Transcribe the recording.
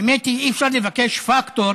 האמת היא שאי-אפשר לבקש פקטור